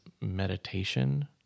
meditation